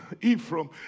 Ephraim